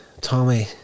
Tommy